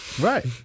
Right